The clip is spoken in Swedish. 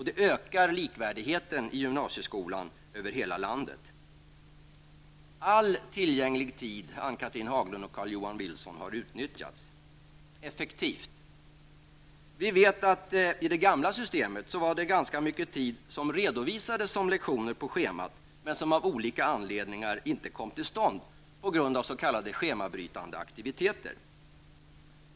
Det ökar likvärdigheten i gymnasieskolan över hela landet. Johan Wilson, har utnyttjats effektivt. Vi vet att det i det gamla systemet var ganska mycket tid som redovisades som lektioner på schemat men som av olika anledningar inte kom till stånd på grund av s.k. schemabrytande aktiviteter.